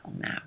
now